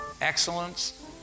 excellence